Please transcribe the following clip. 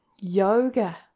Yoga